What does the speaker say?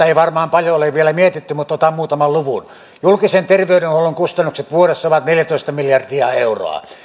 ei varmaan paljon ole ole vielä mietitty mutta otan muutaman luvun julkisen terveydenhuollon kustannukset vuodessa ovat neljätoista miljardia euroa